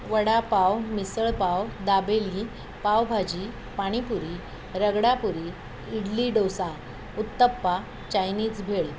vada pav misal pav dabeli pav bhaji pani puri ragda puri idli dosa uttappa Chinese भेळ